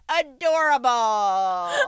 Adorable